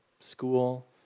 School